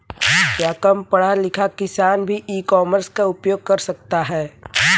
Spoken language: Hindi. क्या कम पढ़ा लिखा किसान भी ई कॉमर्स का उपयोग कर सकता है?